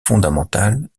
fondamentales